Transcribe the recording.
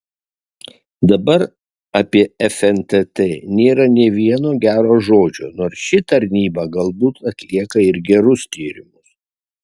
dabar apie fntt nėra nė vieno gero žodžio nors ši tarnyba galbūt atlieka ir gerus tyrimus